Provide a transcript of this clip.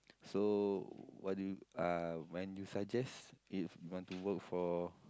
so what do you uh when you suggest if you want to work for